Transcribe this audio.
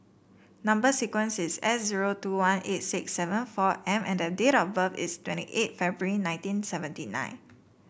number sequence is S zero two one eight six seven four M and date of birth is twenty eight February nineteen seventy nine